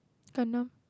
Gundam